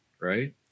Right